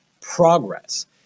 progress